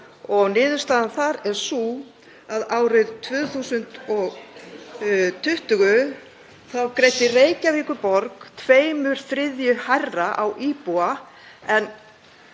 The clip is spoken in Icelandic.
Niðurstaðan þar er sú að árið 2020 greiddi Reykjavíkurborg tveimur þriðju hærra á íbúa